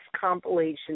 compilation